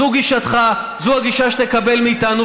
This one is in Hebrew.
זאת גישתך, זאת הגישה שתקבל מאיתנו.